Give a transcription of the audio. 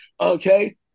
okay